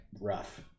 rough